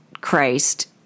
Christ